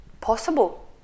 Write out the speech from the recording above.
possible